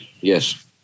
Yes